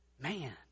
Man